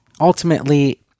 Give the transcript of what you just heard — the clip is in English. ultimately